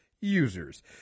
users